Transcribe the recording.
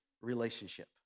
relationship